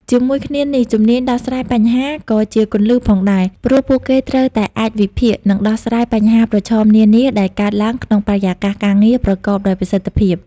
ជាមួយគ្នានេះ ជំនាញដោះស្រាយបញ្ហា ក៏ជាគន្លឹះផងដែរ ព្រោះពួកគេត្រូវតែអាចវិភាគ និងដោះស្រាយបញ្ហាប្រឈមនានាដែលកើតឡើងក្នុងបរិយាកាសការងារប្រកបដោយប្រសិទ្ធភាព។